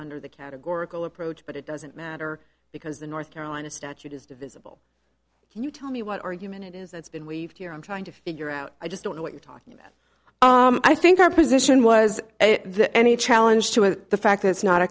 under the categorical approach but it doesn't matter because the north carolina statute is divisible can you tell me what argument it is that's been weaved here i'm trying to figure out i just don't know what you're talking about i think our position was there any challenge to it the fact that it's not a